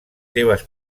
seves